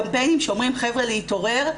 קמפיינים שאומרים 'חבר'ה להתעורר,